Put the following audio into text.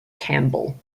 campbell